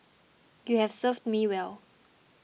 you have served me well